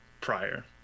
prior